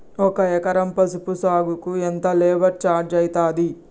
ఒక ఎకరం పసుపు సాగుకు ఎంత లేబర్ ఛార్జ్ అయితది?